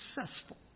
successful